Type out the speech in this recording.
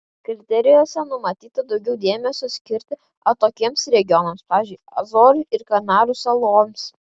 kriterijuose numatyta daugiau dėmesio skirti atokiems regionams pavyzdžiui azorų ir kanarų saloms